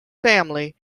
family